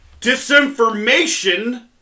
disinformation